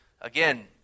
again